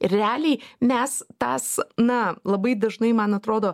ir realiai mes tas na labai dažnai man atrodo